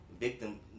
victim